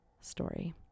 story